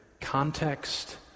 context